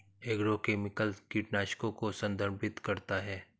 agrochemicals कीटनाशकों को संदर्भित करता है